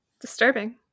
disturbing